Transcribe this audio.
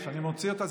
כשאני מוציא אותה,